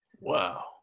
Wow